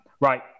Right